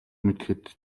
мэдэхэд